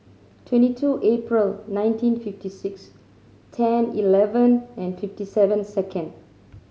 twenty two April nineteen fifty six ten eleven and fifty seven second